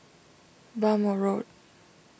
Bhamo Road